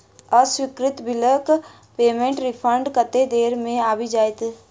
अस्वीकृत बिलक पेमेन्टक रिफन्ड कतेक देर मे आबि जाइत?